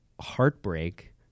heartbreak